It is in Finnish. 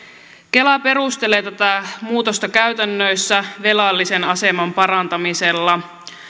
kela perustelee tätä muutosta käytännöissä velallisen aseman parantamisella